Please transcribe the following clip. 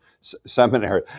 seminary